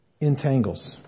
entangles